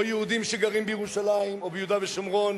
יהודים שגרים בירושלים או ביהודה ושומרון.